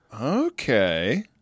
Okay